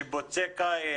שיפוצי קיץ,